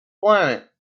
planet